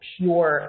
pure